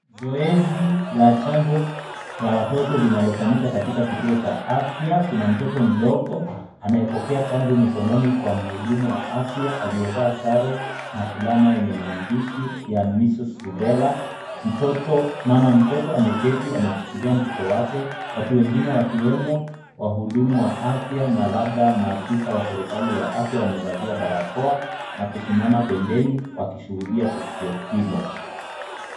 Zoezi la chanjo ya watoto linalofanyika katika kituo cha afya kuna mtoto mdogo anayepokea chanjo mikononi kwa mhudumu wa afya aliyevaa sare na fulana yenye maandishi ya Mrs. Rubella, mtoto mama mtoto ameketi amemshikilia mtoto wake watu wengine wakiwemo wahudumu wa afya na labda maafisa wa serikali wa afya wamevalia barakoa na kusimama pembeni wakishuhudia tukio hilo.